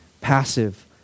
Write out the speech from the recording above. passive